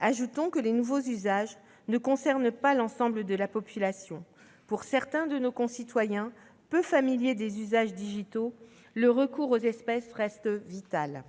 Ajoutons que les nouveaux usages ne concernent pas l'ensemble de la population : pour certains de nos concitoyens peu familiers des usages digitaux, le recours aux espèces reste vital.